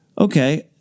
okay